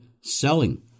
selling